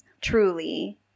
truly